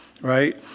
right